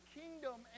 kingdom